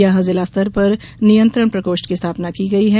यहां जिला स्तर पर नियेत्रण प्रकोष्ठ की स्थापना की गई है